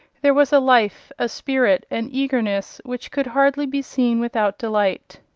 there was a life, a spirit, an eagerness, which could hardly be seen without delight.